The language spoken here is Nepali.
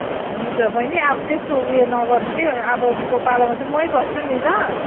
हुन्छ बहिनी अब त्यस्तो उयो नगर्नु कि अबको पालामा चाहिँ मै बस्छु नि ल